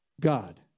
God